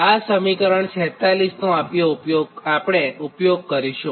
આ સમીકરણ 46 નો આપણે ઊપયોગ કરીશું